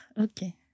okay